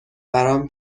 برام